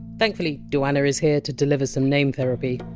thankfully, duana is here to deliver some name therapy